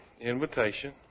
invitation